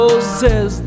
says